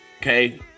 okay